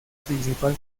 principal